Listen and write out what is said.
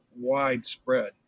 widespread